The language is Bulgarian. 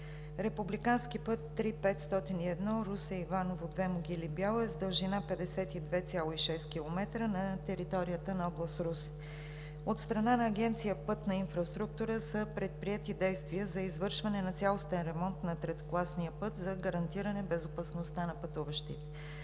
Републикански път III-501, Русе – Иваново – Две Могили – Бяла е с дължина 52,6 км на територията на област Русе. От страна на Агенция „Пътна инфраструктура“ са предприети действия за извършване на цялостен ремонт на третокласния път за гарантиране на безопасността на пътуващите.